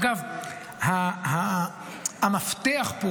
אגב, המפתח פה